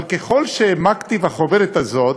אבל ככל שהעמקתי בחוברת הזאת,